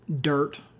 dirt